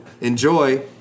enjoy